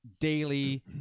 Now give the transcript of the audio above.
daily